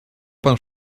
pan